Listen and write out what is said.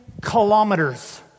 kilometers